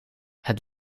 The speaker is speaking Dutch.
het